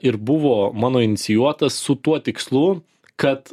ir buvo mano inicijuotas su tuo tikslu kad